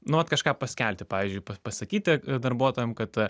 nu vat kažką paskelbti pavyzdžiui pasakyti darbuotojam kad